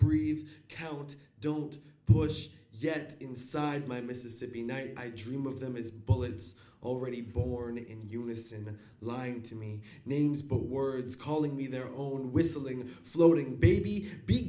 breathe count don't push yet inside my mississippi night i dream of them as bullets already born in unison lying to me names but words calling me their own whistling floating baby b